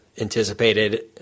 anticipated